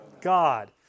God